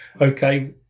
Okay